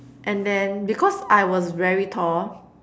and then because I was very tall